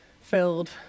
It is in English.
filled